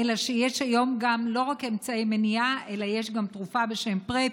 יש היום גם לא רק אמצעי מניעה אלא יש גם תרופה בשם PrEP,